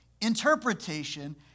interpretation